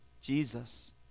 Jesus